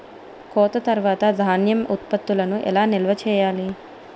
కోత తర్వాత ధాన్యం ఉత్పత్తులను ఎలా నిల్వ చేయాలి?